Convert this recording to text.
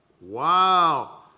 Wow